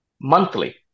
monthly